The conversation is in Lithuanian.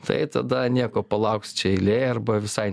tai tada nieko palauks čia eilė arba visai